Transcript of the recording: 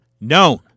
known